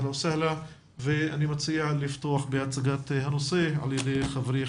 אני מציע לפתוח בהצגת הנושא על ידי חברי,